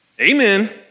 Amen